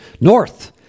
North